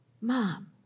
Mom